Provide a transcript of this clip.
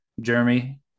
Jeremy